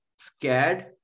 scared